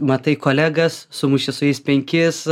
matai kolegas sumuši su jais penkis